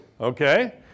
okay